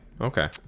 okay